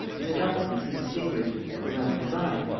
in the darkness he distinguished, or rather divined,